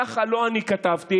ככה לא אני כתבתי,